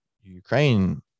Ukraine